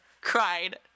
cried